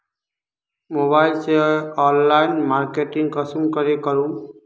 Mobile से online marketing कुंसम के करूम?